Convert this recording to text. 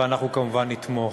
ואנחנו כמובן נתמוך.